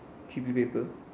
G_P paper